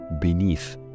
beneath